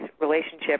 relationship